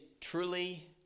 truly